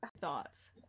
Thoughts